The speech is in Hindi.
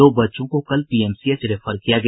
दो बच्चों को कल पीएमसीएच रेफर किया गया